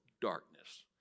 darkness